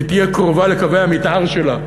ותהיה קרובה לקווי המתאר שלה,